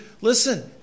listen